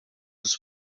dos